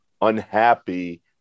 unhappy